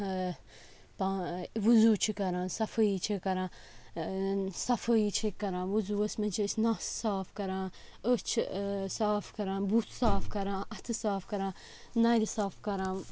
پان وضوٗ چھِ کَران صفٲیی چھِ کَران صفٲیی چھِ کَران وُزوَس منٛز چھِ أسۍ نَس صاف کَران أچھ صاف کَران بُتھ صاف کَران اَتھٕ صاف کَران نَرِ صاف کَران